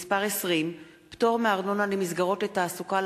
(מס' 20) (פטור מארנונה למסגרות לתעסוקה,